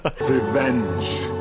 Revenge